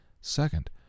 Second